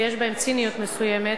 שיש בהן ציניות מסוימת,